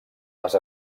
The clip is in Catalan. les